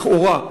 לכאורה,